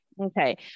Okay